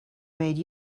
made